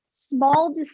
small